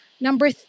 number